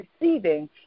receiving